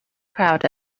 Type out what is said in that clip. crowd